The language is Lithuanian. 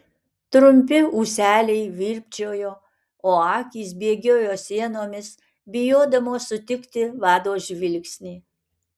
trumpi ūseliai virpčiojo o akys bėgiojo sienomis bijodamos sutikti vado žvilgsnį